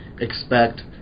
expect